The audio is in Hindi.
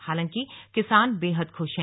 हालांकि किसान बेहद खुश हैं